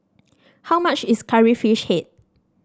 how much is Curry Fish Head